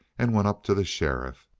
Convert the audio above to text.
and went up to the sheriff.